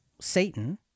Satan